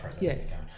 yes